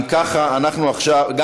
32. בסדר.